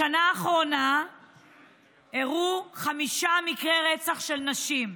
בשנה האחרונה אירעו חמישה מקרי רצח של נשים.